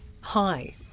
Hi